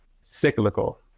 cyclical